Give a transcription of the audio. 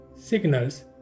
signals